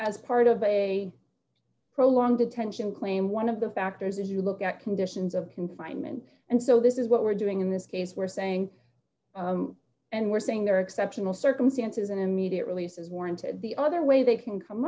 as part of a prolonged detention claim one of the factors is you look at conditions of confinement and so this is what we're doing in this case we're saying and we're saying there are exceptional circumstances an immediate release is warranted the other way they can come